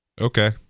Okay